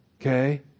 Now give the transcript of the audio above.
Okay